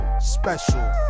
special